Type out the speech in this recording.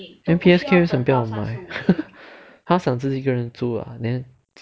then 为什么 P_S_K 不要买 他想自己一个人住 ah